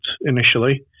initially